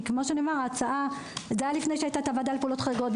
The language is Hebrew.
זה היה לפני שהייתה הוועדה לפעולות חריגות,